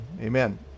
Amen